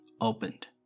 opened